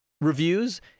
reviews